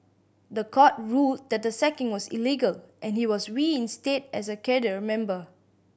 the court ruled that the sacking was illegal and he was reinstated as a cadre member